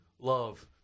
love